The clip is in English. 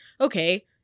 Okay